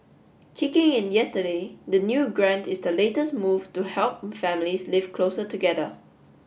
kicking in yesterday the new grant is the latest move to help families live closer together